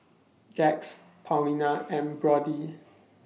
Jax Paulina and Brodie